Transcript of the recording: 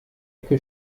ecke